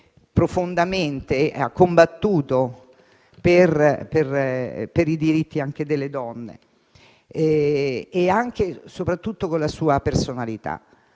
profondamente, combattendo per i diritti anche delle donne soprattutto con la sua personalità.